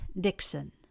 Dixon